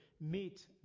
meet